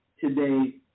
today